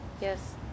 yes